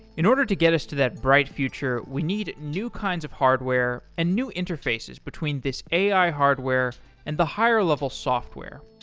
in order to get us to that bright future, we need new kinds of hardware and new interfaces between this ai hardware and the higher level software.